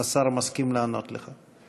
השר מסכים לענות לך.